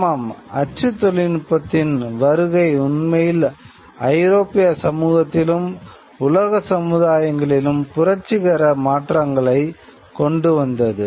ஆமாம் அச்சு தொழில்நுட்பத்தின் வருகை உண்மையில் ஐரோப்பிய சமுதாயத்திலும் உலக சமுதாயங்களிலும் புரட்சிகர மாற்றங்களைக் கொண்டு வந்தது